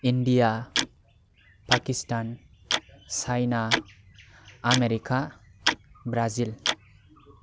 India Pakistan China America Brazil